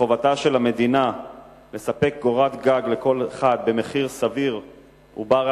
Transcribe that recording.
חובתה של המדינה לספק קורת גג לכל אחד במחיר סביר ובר-השגה,